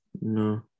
No